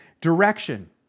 direction